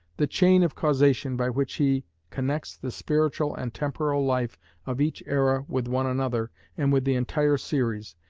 the chain of causation by which he connects the spiritual and temporal life of each era with one another and with the entire series,